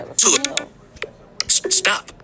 Stop